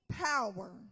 power